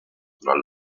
tra